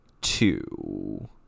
Two